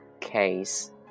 Case